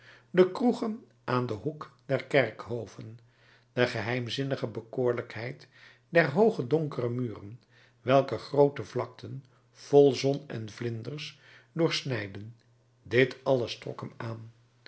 de kroegen aan den hoek der kerkhoven de geheimzinnige bekoorlijkheid der hooge donkere muren welke groote vlakten vol zon en vlinders doorsnijden dit alles trok hem aan